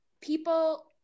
people